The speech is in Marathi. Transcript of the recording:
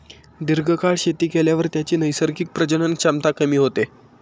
दीर्घकाळ शेती केल्यावर त्याची नैसर्गिक प्रजनन क्षमता कमी होते